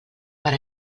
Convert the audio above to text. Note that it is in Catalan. per